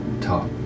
talk